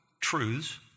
truths